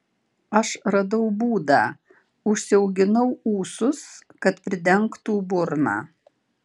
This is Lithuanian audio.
aš radau būdą užsiauginau ūsus kad pridengtų burną